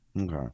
Okay